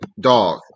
dog